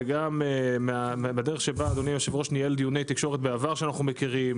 וגם מהדרך שבה אדוני היושב ראש ניהל דיוני תקשורת בעבר שאנחנו מכירים,